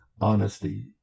honesty